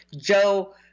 Joe